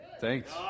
Thanks